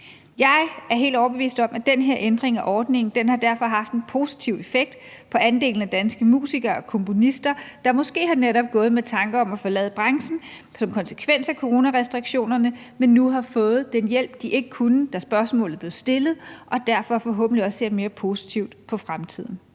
Jeg er helt overbevist om, at den her ændring af ordningen derfor har haft en positiv effekt på andelen af danske musikere og komponister, der måske netop er gået med tanker om at forlade branchen som konsekvens af coronarestriktionerne, men nu har fået den hjælp, de ikke kunne få, da spørgsmålet blev stillet, og derfor forhåbentlig også ser mere positivt på fremtiden.